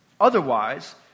Otherwise